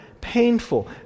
painful